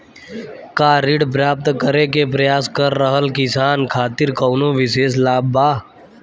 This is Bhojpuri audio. का ऋण प्राप्त करे के प्रयास कर रहल किसान खातिर कउनो विशेष लाभ बा?